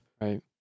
Right